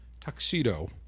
tuxedo